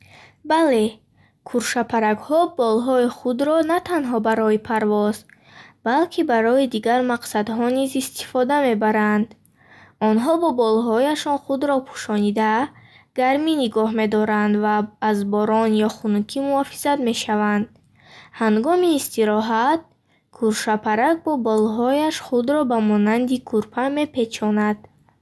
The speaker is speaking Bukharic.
Бале, кӯршабпаракҳо болҳои худро на танҳо барои парвоз, балки барои дигар мақсадҳо низ истифода мебаранд. Онҳо бо болҳояшон худро пӯшонида, гармӣ нигоҳ медоранд ва аз борон ё хунукӣ муҳофизат мешаванд. Ҳангоми истироҳат, кӯршабпарак бо болҳояш худро ба монанди кӯрпа мепечонад. Инчунин, баъзе кӯршабпаракҳо бо болҳояшон ҳашаротро дошта, ба сӯи даҳон меоранд. Ҳамин тавр, болҳо барои кӯршабпарак на танҳо василаи парвоз, балки воситаи муҳофизат ва ғизогирӣ низ ҳастанд.